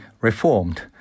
reformed